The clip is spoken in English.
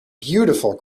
beautiful